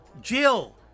Jill